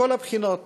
מכל הבחינות: